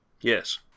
Yes